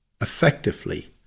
effectively